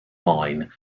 mine